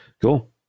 Cool